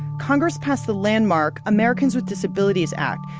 congress passed the landmark americans with disabilities act,